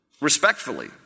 respectfully